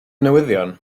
newyddion